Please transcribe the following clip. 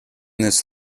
this